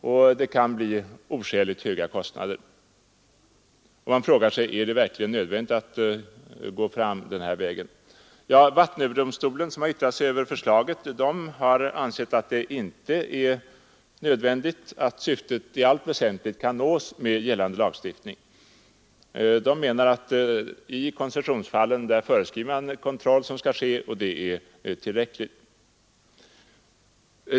Är det då verkligen nödvändigt att gå fram den här vägen? Vattenöverdomstolen, som har yttrat sig över förslaget, har ansett att det inte är nödvändigt, utan att syftet i allt väsentligt kan nås med gällande lagstiftning. I koncessionsfallen föreskriver man den kontroll som skall ske, och det menar domstolen är tillräckligt.